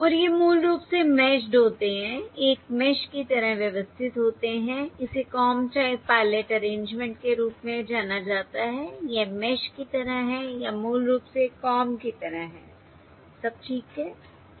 और ये मूल रूप से मैश्ड होते हैं एक मैश की तरह व्यवस्थित होते हैं इसे कॉम टाइप पायलट अरेंजमेंट के रूप में जाना जाता है यह मैश की तरह है या मूल रूप से कॉम की तरह है सब ठीक है